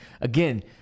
Again